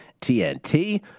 TNT